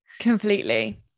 completely